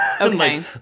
Okay